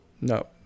No